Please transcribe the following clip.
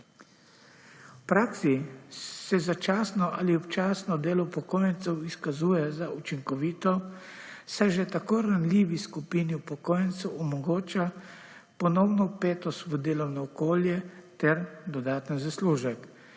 V praksi se začasno ali občasno delo upokojencev izkazuje za učinkovito, saj že tako ranljivi skupini upokojencev omogoča ponovno vpetost v delovno okolje ter dodaten zaslužek